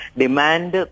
demand